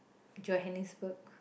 Johannesburg